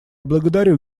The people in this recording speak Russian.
благодарю